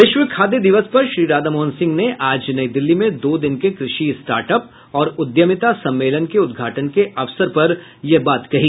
विश्व खाद्य दिवस पर श्री राधामोहन सिंह ने आज नई दिल्ली में दो दिन के कृषि स्टार्टअप और उद्यमिता सम्मेलन के उद्घाटन के अवसर पर यह बात कही